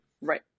Right